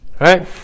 Right